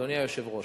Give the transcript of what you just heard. אדוני היושב-ראש,